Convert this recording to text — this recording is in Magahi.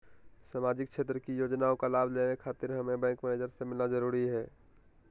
सामाजिक क्षेत्र की योजनाओं का लाभ लेने खातिर हमें बैंक मैनेजर से मिलना जरूरी है?